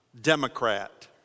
Democrat